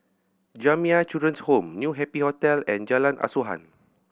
Jamiyah Children's Home New Happy Hotel and Jalan Asuhan